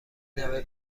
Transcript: نوه